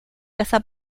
casa